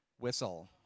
whistle